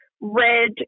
red